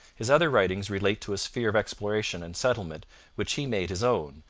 his other writings relate to a sphere of exploration and settlement which he made his own,